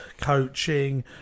coaching